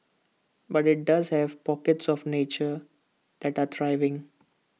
but IT does have pockets of nature that are thriving